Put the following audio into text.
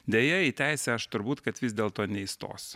deja į teisę aš turbūt kad vis dėlto neįstosiu